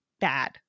bad